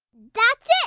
that's it.